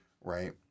right